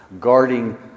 guarding